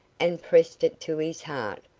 and pressed it to his heart,